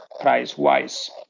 price-wise